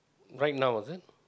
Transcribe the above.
right now is it